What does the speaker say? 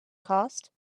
cost